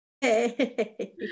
Hey